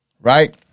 right